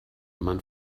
man